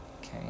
Okay